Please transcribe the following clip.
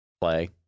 play